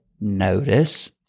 Notice